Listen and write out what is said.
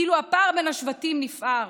כאילו הפער בין השבטים נפער.